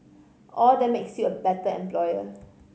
all that makes you a better employer